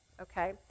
okay